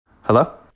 Hello